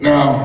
Now